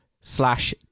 slash